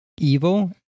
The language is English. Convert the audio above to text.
evil